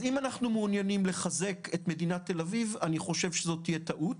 אם אנחנו מעוניינים לחזק את מדינת תל אביב - אני חושב שזאת תהיה טעות.